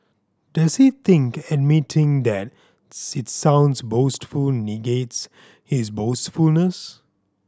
does he think admitting that it sounds boastful negates his boastfulness